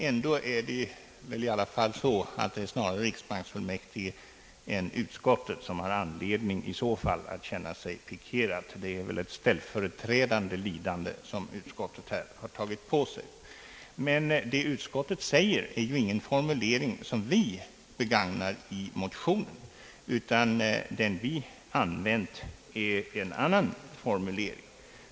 ändå är det väl i alla fall så att det snarare är riksbanksfullmäktige än utskottet som har anledning att känna sig pikerade. Det är alltså ett ställföreträdande lidande som utskottet här har iklätt sig, men vad utskottet anför är inte någon formulering som vi begagnar i motionen, utan vi har använt en annan formulering.